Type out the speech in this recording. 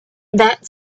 that